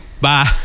bye